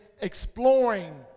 exploring